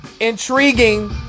intriguing